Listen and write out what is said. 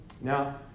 Now